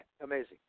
amazing